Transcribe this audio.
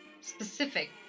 specific